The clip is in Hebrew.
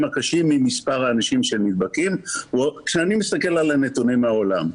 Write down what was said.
הקשים ממספר האנשים שנדבקים הוא שאני מסתכל על הנתונים מהעולם.